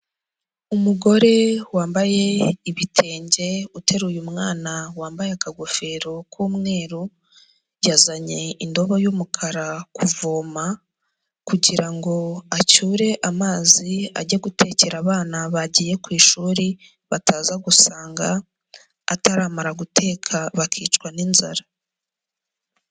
Umugore wambaye ibitenge uteruye umwana wambaye akagofero k'umweru yazanye indobo y'umukara kuvoma kugira ngo acyure amazi ajye gutekera abana bagiye ku ishuri bataza gusanga ataramara guteka bakicwa n'inzara.